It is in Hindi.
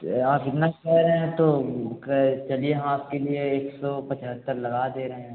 आप इतना कह रहे हैं तो क चलिए हम आपके लिए एक सौ पचहत्तर लगा दे रहे हैं